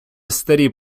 старі